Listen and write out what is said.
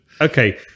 okay